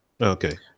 Okay